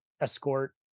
escort